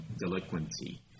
delinquency